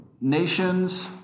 nations